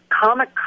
Comic